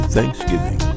Thanksgiving